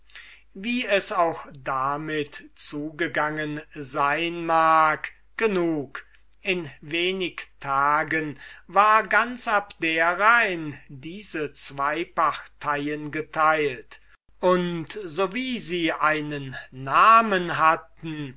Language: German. wie es auch damit zugegangen sein mag genug in wenig tagen war ganz abdera in diese zwo parteien geteilt und so wie sie nun einen namen hatten